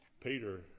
Peter